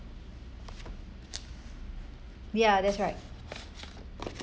ya that's right